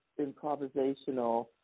improvisational